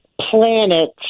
planets